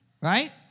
Right